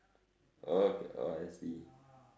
okay oh I see